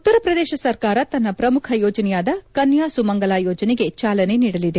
ಉತ್ತರಪ್ರದೇಶ ಸರ್ಕಾರ ತನ್ನ ಪ್ರಮುಖ ಯೋಜನೆಯಾದ ಕನ್ಯಾ ಸುಮಂಗಲಾ ಯೋಜನೆಗೆ ಚಾಲನೆ ನೀಡಲಿದೆ